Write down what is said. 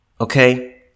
Okay